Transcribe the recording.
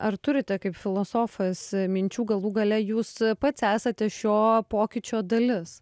ar turite kaip filosofas minčių galų gale jūs pats esate šio pokyčio dalis